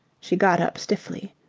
she got up stiffly.